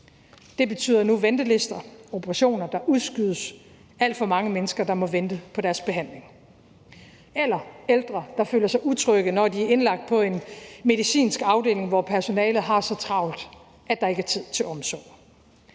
Det betyder nu ventelister, operationer, der udskydes, alt for mange mennesker, der må vente på deres behandling, eller ældre, der føler sig utrygge, når de er indlagt på en medicinsk afdeling, hvor personalet har så travlt, at der ikke er tid til omsorg.